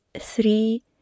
three